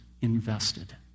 invested